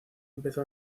empezó